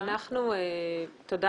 תודה.